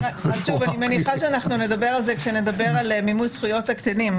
אני מניחה שנדבר על זה כשנדבר על מימוש זכויות הקטינים.